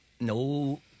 no